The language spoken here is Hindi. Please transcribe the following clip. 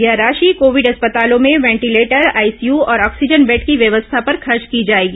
यह राशि कोविड अस्पतालों में वेंटिलेटर आईसीयू और ऑक्सीजन बेड की व्यवस्था पर खर्च की जाएगी